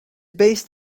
based